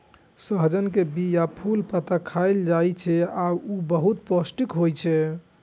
सहजन के बीया, फूल, पत्ता खाएल जाइ छै आ ऊ बहुत पौष्टिक होइ छै